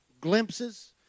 glimpses